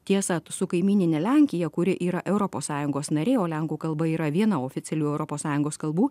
tiesa su kaimynine lenkija kuri yra europos sąjungos narė o lenkų kalba yra viena oficialių europos sąjungos kalbų